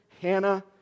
Hannah